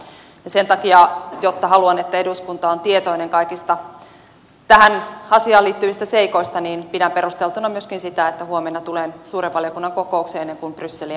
ja sen takia koska haluan että eduskunta on tietoinen kaikista tähän asiaan liittyvistä seikoista pidän perusteltuna myöskin sitä että huomenna tulen suuren valiokunnan kokoukseen on brysselin